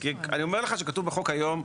כי אני אומר לך שכתוב בחוק היום,